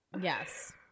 Yes